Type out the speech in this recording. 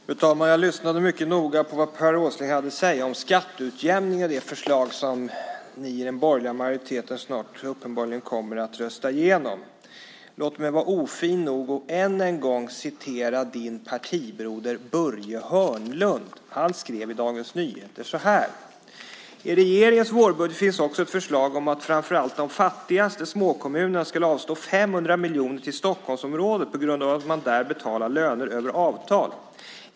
Fru talman! Jag lyssnade mycket noga på vad Per Åsling hade att säga om skatteutjämningen i det förslag som ni i den borgerliga majoriteten snart uppenbarligen kommer att rösta igenom. Låt mig vara ofin nog och ännu en gång citera din partibroder Börje Hörnlund. Han har skrivit så här i Dagens Nyheter: "I regeringens vårbudget finns också ett förslag om att framför allt de fattigaste småkommunerna skall avstå 500 miljoner till Stockholmsområdet på grund av att man där betalar löner över avtal.